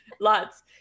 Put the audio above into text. lots